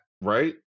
right